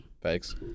Thanks